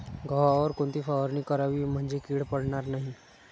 गव्हावर कोणती फवारणी करावी म्हणजे कीड पडणार नाही?